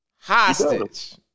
Hostage